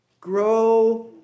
Grow